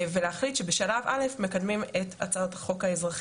ולהחליט שבשלב א' מקדמים את הצעת החוק האזרחי.